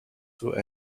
through